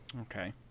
Okay